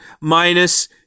minus